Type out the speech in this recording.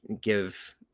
give